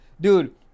Dude